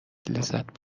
لذت